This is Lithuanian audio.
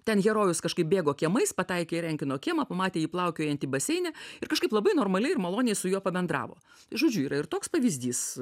ten herojus kažkaip bėgo kiemais pataikė į renkino kiemą pamatė jį plaukiojantį baseine ir kažkaip labai normaliai ir maloniai su juo pabendravo žodžiu yra ir toks pavyzdys